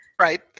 Right